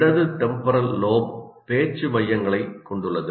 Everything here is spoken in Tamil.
இடது டெம்போரல் லோப் பேச்சு மையங்களைக் கொண்டுள்ளது